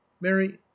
mary